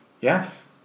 Yes